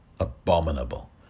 abominable